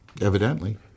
Evidently